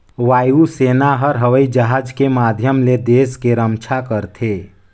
वायु सेना हर हवई जहाज के माधियम ले देस के रम्छा करथे